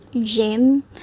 gym